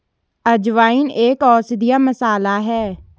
अजवाइन एक औषधीय मसाला है